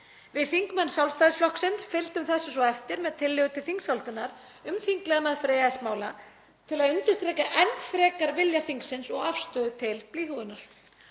Við þingmenn Sjálfstæðisflokksins fylgdum þessu svo eftir með tillögu til þingsályktunar um þinglega meðferð EES-mála til að undirstrika enn frekar vilja þingsins og afstöðu til blýhúðunar.